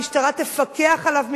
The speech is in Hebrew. המשטרה תפקח עליו מקרוב,